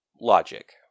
logic